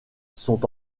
sont